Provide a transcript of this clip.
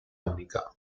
unica